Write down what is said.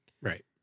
Right